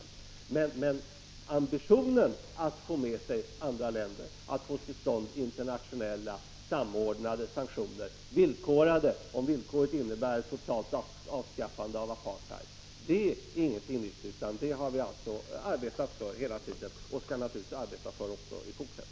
Men ambitionen att få med oss andra länder, att få till stånd internationella, samordnade och villkorade sanktioner där villkoret är ett totalt avskaffande av apartheid är inte ny. Den har vi haft hela tiden, och i enlighet med den skall vi givetvis arbeta också i fortsätt